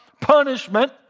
punishment